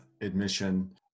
admission